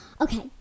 Okay